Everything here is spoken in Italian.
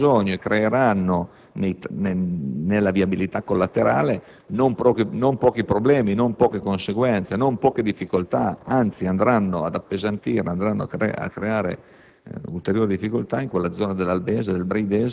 sono tratti neppure collegati tra loro e creeranno nella viabilità collaterale non pochi problemi, non poche conseguenze, non poche difficoltà, anzi andranno ad appesantire e a determinare